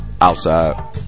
outside